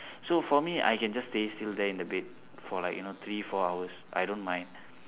so for me I can just stay still there in the bed for like you know three four hours I don't mind